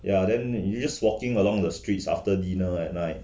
ya then you just walking along the streets after dinner at night